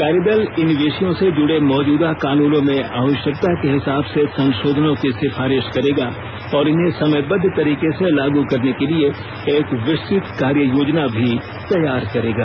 कार्यदल इन विषयों से जुड़े मौजूदा कानूनों में आवश्यकता के हिसाब से संशोधनों की सिफारिश करेगा और इन्हें समयबद्ध तरीके से लागू करने के लिए एक विस्तृत कार्ययोजना भी तैयार करेगा